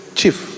chief